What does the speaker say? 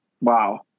wow